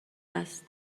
است